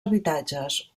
habitatges